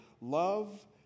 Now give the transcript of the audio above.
Love